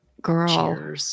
Girl